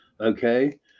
okay